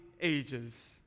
ages